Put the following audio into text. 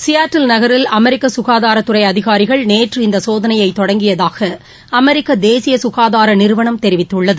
Seattle நகரில் அமெரிக்க சுகாதாரத்துறை அதிகாரிகள் நேற்று இந்த சோதனையை தொடங்கியதாக அமெரிக்க தேசிய சுகாதார நிறுவனம் தெரிவித்துள்ளது